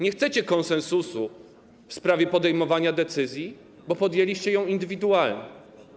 Nie chcecie konsensusu w sprawie podejmowania decyzji, bo podjęliście ją indywidualnie.